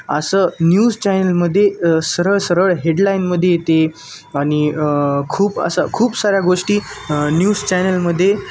असं news channel मध्येे सरळ सरळ हेडलाईन मध्ये येते आणि खूप असा खूप साऱ्या गोष्टी न्यूज चॅनल मध्ये